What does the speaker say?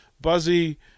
buzzy